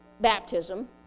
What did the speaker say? baptism